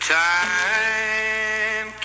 time